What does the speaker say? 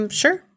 sure